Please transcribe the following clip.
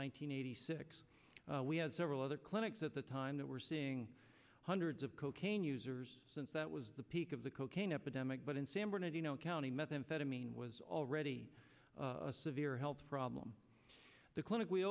hundred eighty six we had several other clinics at the time that were seeing hundreds of cocaine users since that was the peak of the cocaine epidemic but in san bernardino county methamphetamine was already a severe health problem the clinic we